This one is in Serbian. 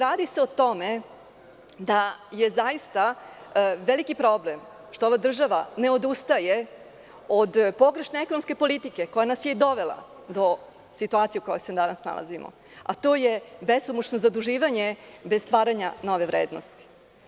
Radi se o tome da je zaista veliki problem što ova država ne odustaje od pogrešne ekonomske politike koja nas je i dovela do situacije u kojoj se danas nalazimo, a to je – besomučno zaduživanje bez stvaranja nove vrednosti.